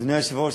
אדוני היושב-ראש,